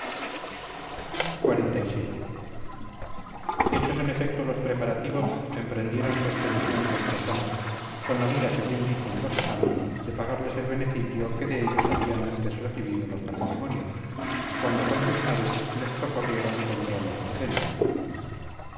socorro xlvii hechos en efecto los preparativos emprendieron su expedición contra samos con la mira según dicen los samios de pagarles el beneficio que de ellos habían antes recibido los lacedemonios cuando con sus naves les socorrieron contra los mesenios